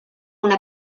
una